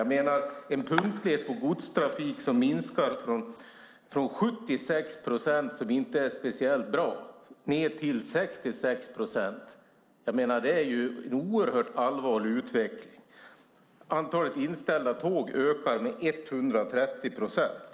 Vi har en punktlighet på godstrafiken som minskar från 76 procent, vilket inte är speciellt bra, till 66 procent. Det är en oerhört allvarlig utveckling. Antalet inställda tåg ökar med 130 procent.